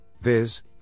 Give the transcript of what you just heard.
viz